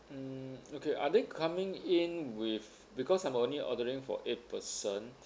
mm okay are they coming in with because I'm only ordering for eight person